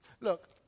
Look